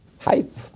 Hype